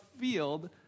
field